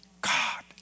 God